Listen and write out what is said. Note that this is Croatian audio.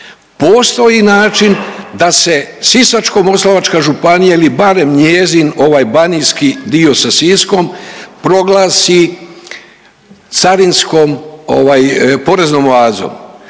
postoji način da se Sisačko-moslavačka županija ili barem njezin ovaj banijski dio sa Siskom proglasi carinskom, poreznom oazom